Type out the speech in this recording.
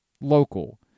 local